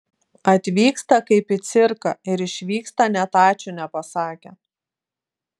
atvyksta kaip į cirką ir išvyksta net ačiū nepasakę